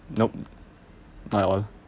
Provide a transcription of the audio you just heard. nope